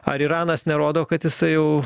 ar iranas nerodo kad jisai jau